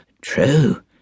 True